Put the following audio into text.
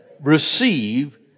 receive